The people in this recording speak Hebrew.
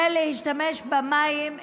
זה להשתמש במים,